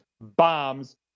bombs